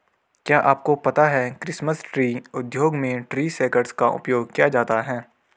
क्या आपको पता है क्रिसमस ट्री उद्योग में ट्री शेकर्स का उपयोग किया जाता है?